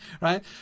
right